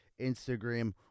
Instagram